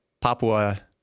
Papua